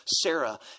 Sarah